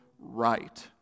right